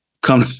come